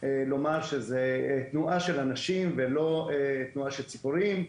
לומר שזה תנועה של אנשים ולא תנועה של ציפורים.